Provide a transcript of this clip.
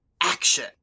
action